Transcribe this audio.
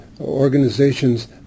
Organizations